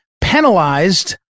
penalized